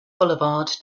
boulevard